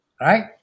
Right